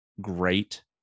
great